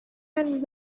and